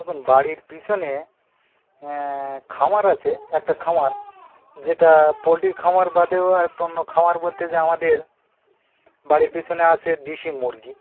দেখুন বাড়ির পিছনে খামার আছে একটা খামার যেটা পোলট্রির খামার বাদেও আর একটা অন্য খামার বলতে যে আমাদের বাড়ির পিছনে আছে দিশি মুরগি